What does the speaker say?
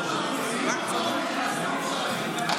יש לנו מספיק דברים במדינה